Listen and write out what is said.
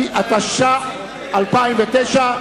התש"ע 2009,